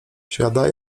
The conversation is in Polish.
siadaj